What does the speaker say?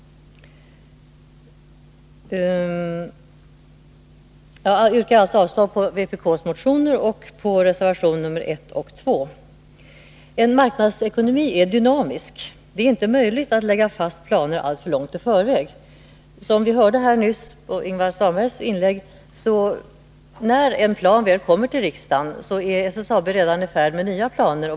Jag yrkar alltså avslag på vpk:s motioner och på reservation nr 1 och 2. En marknadsekonomi är dynamisk. Det är inte möjligt att lägga fast planer alltför långt i förväg. Som vi hörde nyss av Ingvar Svanbergs inlägg är det så att när en plan väl kommer till riksdagen, är SSAB redan i färd med nya planer.